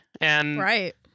Right